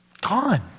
gone